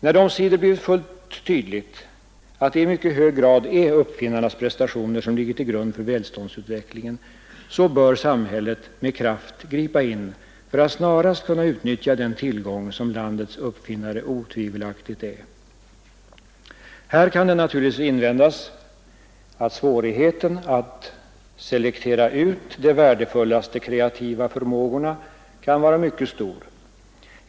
När det omsider blivit fullt tydligt att det i mycket hög grad är uppfinnarnas prestationer som ligger till grund för välståndsutvecklingen, bör samhället med kraft gripa in för att snarast kunna utnyttja den tillgång som landets uppfinnare otvivelaktigt är. Här kan det naturligtvis invändas att svårigheten att välja ut de värdefullaste kreativa förmågorna kan vara mycket stor.